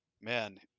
man